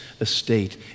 estate